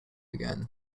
again